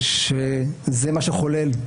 שזה מה שחולל גם